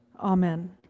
Amen